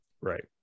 Right